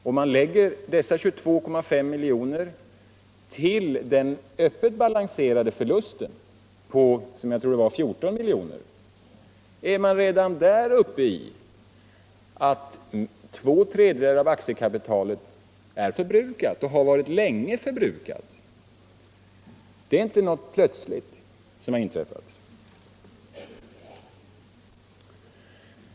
Om man lägger dessa 22,5 milj.kr. till den öppet balanserade förlusten på 14 milj.kr., är man redan då framme vid att två tredjedelar av aktiekapitalet är förbrukat och har varit det länge. Det är inte något som har inträffat plötsligt.